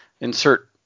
insert –